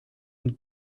him